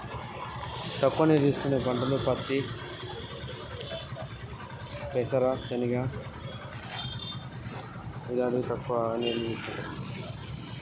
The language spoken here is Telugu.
తక్కువ నీరు తీసుకునే పంటలు ఏవి?